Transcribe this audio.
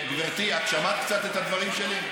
גברתי, את שמעת קצת את הדברים שלי?